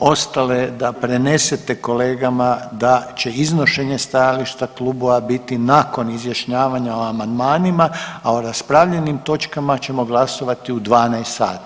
ostale, da prenesete kolegama da će iznošenje stajalište klubova biti nakon izjašnjavanja o amandmanima, a o raspravljenim točkama ćemo glasovati u 12 sati.